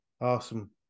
Awesome